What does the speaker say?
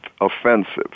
offensive